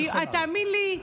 תאמין לי,